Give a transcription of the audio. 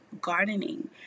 gardening